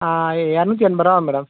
எ இரநூத்தி எண்பது ரூபா ஆகும் மேடம்